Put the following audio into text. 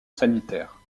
sanitaire